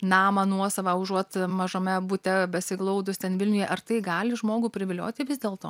namą nuosavą užuot mažame bute besiglaudus ten vilniuje ar tai gali žmogų privilioti vis dėlto